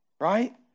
right